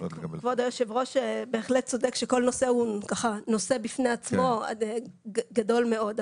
כבוד היושב-ראש בהחלט צודק שכל נושא הוא ככה נושא בפני עצמו גדול מאוד,